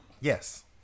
Yes